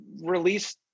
release